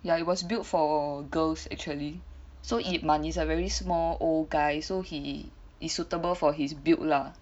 ya it was built for girls actually so ip man is a very small old guy so he is suitable for his build lah